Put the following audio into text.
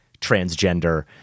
transgender